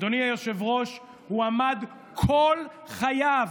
אדוני היושב-ראש, הוא עמד כל חייו